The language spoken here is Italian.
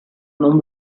non